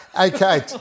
Okay